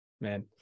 Man